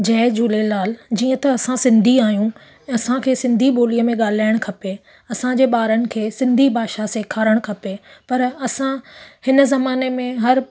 जय झूलेलाल जीअं त असां सिंधी आहियूं असांखे सिंधी ॿोलीअ में ॻाल्हाइणु खपे असांजे ॿारनि खे सिंधी भाषा सेखारणु खपे पर असां हिन ज़माने में हर